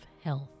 health